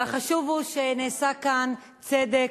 אבל החשוב הוא שנעשה כאן צדק.